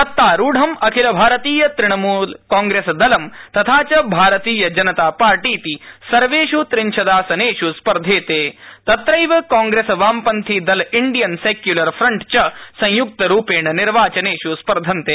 सत्तारूढं अखिल भारतीय तृणमूल कांग्रेसदलंतथा च भारतीय जनता पार्टीति सर्वेष्त्रिंशदासनेष्स्पर्धतेतत्रैव कांग्रेस वामपन्थि दल इंडियन सैक्यूलर फ्रंट च संय्क्रक्सरूपेण निर्वाचनेष् स्पर्धन्ते